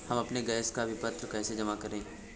हम अपने गैस का विपत्र कैसे जमा करें?